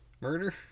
murder